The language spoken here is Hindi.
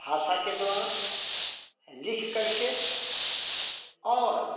भाषा के द्वारा लिख करके और